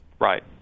Right